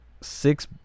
six